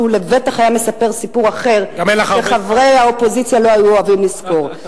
שהוא לבטח היה מספר סיפור שחברי האופוזיציה לא היו אוהבים לזכור.